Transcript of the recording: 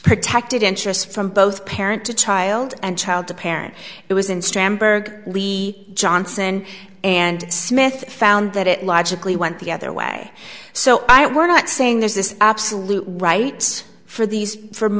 protected interest from both parent to child and child to parent it was in strandberg lee johnson and smith found that it logically went the other way so i we're not saying there's this absolute rights for these f